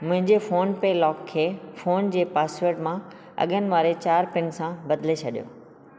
मुंहिंजे फ़ोन पे लॉक खे फ़ोन जे पासवर्डु मां अंगनि वारे चारि पिन सां बदले छॾियो